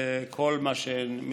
וכל מה שהם מקבלים.